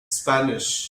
spanish